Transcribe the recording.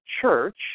church